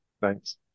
thanks